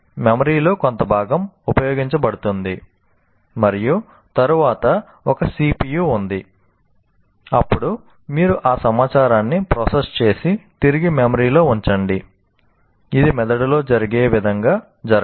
మెమరీలో కొంత భాగం ఉపయోగించబడుతుంది మరియు తరువాత ఒక CPU ఉంది అప్పుడు మీరు ఆ సమాచారాన్ని ప్రాసెస్ చేసి తిరిగి మెమరీలో ఉంచండి ఇది మెదడులో జరిగే విధంగా జరగదు